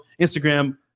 Instagram